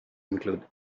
includes